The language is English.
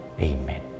Amen